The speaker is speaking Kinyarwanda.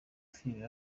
filime